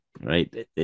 Right